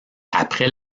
après